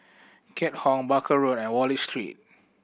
Keat Hong Barker Road and Wallich Street